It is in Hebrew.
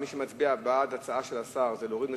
מי שמצביע בעד ההצעה של השר להוריד מסדר-היום,